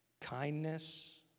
kindness